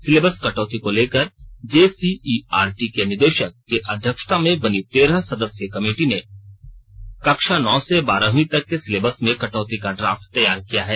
syllabus कटौती को लेकर जेसीईआरटी के निदेशक की अध्यक्षता में बनी तेरह सदस्यीय कमेटी ने कक्षा नौ से बारहवीं तक के सिलेबस में कटौती का ड्राफ्ट तैयार किया है